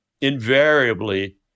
invariably